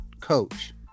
coach